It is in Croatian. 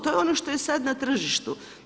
To je ono što je sad na tržištu.